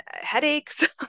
headaches